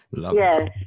Yes